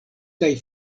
kaj